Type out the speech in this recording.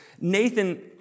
Nathan